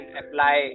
apply